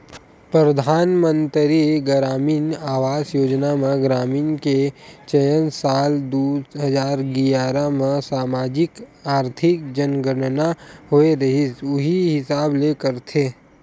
परधानमंतरी गरामीन आवास योजना म ग्रामीन के चयन साल दू हजार गियारा म समाजिक, आरथिक जनगनना होए रिहिस उही हिसाब ले करथे